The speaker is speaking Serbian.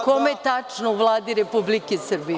Kome tačno u Vladi Republike Srbije?